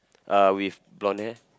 uh with blonde hair